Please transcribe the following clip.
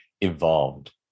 evolved